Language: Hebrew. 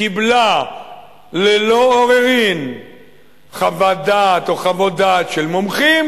קיבלה ללא עוררין חוות-דעת של מומחים